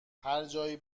هرجایی